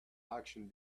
auction